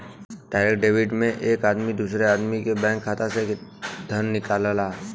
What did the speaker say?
direct debit में एक आदमी दूसरे आदमी के बैंक खाता से धन निकालला